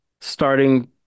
starting